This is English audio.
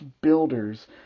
builders